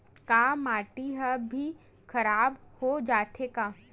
का माटी ह भी खराब हो जाथे का?